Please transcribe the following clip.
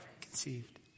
conceived